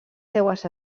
seues